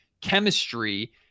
chemistry